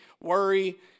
worry